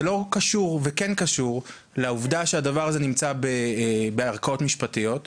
זה לא קשור וכן קשור לעובדה שהדבר הזה נמצא בערכאות משפטיות.